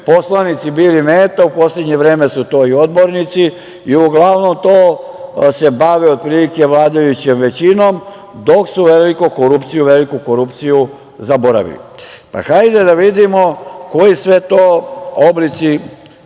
poslanici bili mete. U poslednje vreme su to i odbornici. Uglavnom se bave vladajućom većinom, dok su veliku korupciju zaboravili. Hajde da vidimo koji sve to oblici